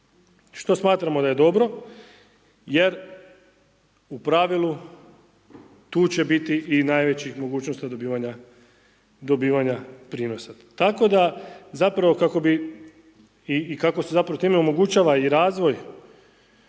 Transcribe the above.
što smatramo da je dobro, jer u pravilu, tu će biti i najvećih mogućnosti dobivanja prinosa. Tako da, zapravo, ako bi i kako se time i omogućava i razvoj